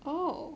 oh